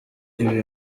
ibi